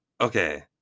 Okay